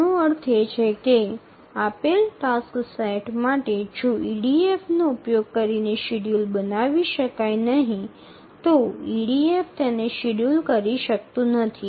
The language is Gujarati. તેનો અર્થ એ છે કે આપેલ ટાસક્સ સેટ માટે જો ઇડીએફનો ઉપયોગ કરીને શેડ્યૂલ બનાવી શકાય નહીં તો ઇડીએફ તેને શેડ્યૂલ કરી શકતું નથી